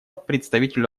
представителю